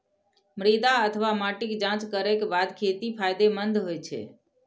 मृदा अथवा माटिक जांच करैक बाद खेती फायदेमंद होइ छै